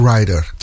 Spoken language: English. Rider